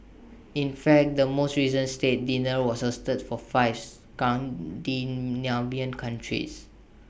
in fact the most recent state dinner was hosted for five Scandinavian countries